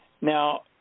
Now